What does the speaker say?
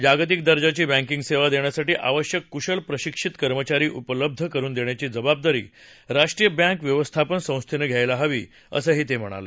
जागतिक दर्जाची बँकिंग सेवा देण्यासाठी आवश्यक कृशल प्रशिक्षित कर्मचारी उपलब्ध करून देण्याची जबाबदारी राष्ट्रीय बँक व्यवस्थापन संस्थेनं घ्यायला हवी असंही ते म्हणाले